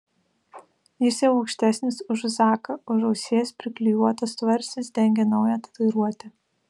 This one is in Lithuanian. jis jau aukštesnis už zaką už ausies priklijuotas tvarstis dengia naują tatuiruotę